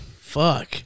Fuck